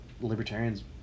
libertarians